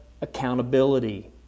accountability